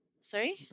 sorry